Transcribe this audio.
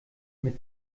mit